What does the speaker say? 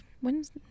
when's